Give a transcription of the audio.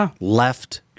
left